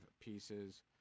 pieces